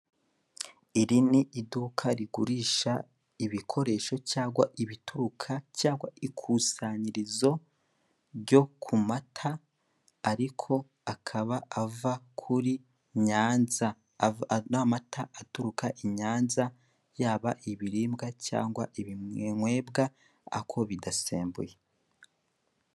Iri ni iduka rigurisha ibikoresho cyangwa ibituruka cyangwa ikusanyirizo ryo ku mata, ariko akaba aturuka I Nyanza, yaba ibiribwa cyangwa ibinyobwa, ariko bidasembuye.